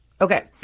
Okay